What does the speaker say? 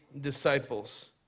disciples